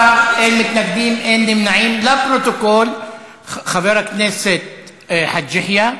ההצעה להעביר את הצעת חוק הגנת הצרכן (תיקון מס'